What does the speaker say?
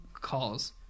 calls